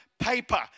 paper